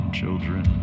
children